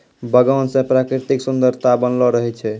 बगान से प्रकृतिक सुन्द्ररता बनलो रहै छै